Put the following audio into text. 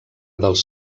dels